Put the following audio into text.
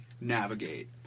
navigate